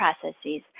processes